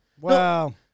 Wow